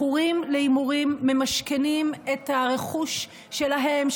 מכורים להימורים ממשכנים את הרכוש שלהם,